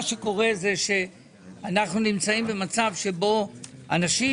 מה שקורה זה שאנחנו נמצאים במצב שבו אנשים